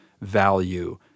value